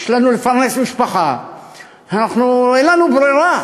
יש לנו לפרנס משפחה, אין לנו ברירה.